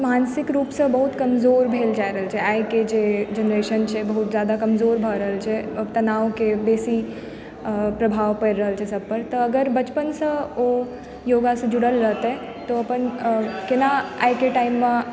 मानसिक रुपसँ बहुत कमजोर भेल जा रहल छै आइ के जे जेनरेशन छै बहुत ज्यादा कमजोर भऽ रहल छै तनावके बेसी प्रभाव परि रहल छै सभ पर तऽ अगर बचपनसँ ओ योगासँ जुड़ल रहतय तऽ ओ अपन केना आइके टाइममऽ